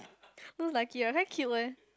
looks like it ah very cute eh